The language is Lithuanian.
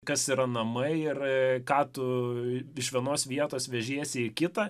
kas yra namai ir ką tu iš vienos vietos vežiesi į kitą